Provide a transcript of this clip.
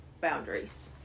boundaries